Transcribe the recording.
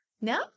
No